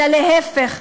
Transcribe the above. אלא להפך,